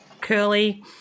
curly